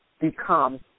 become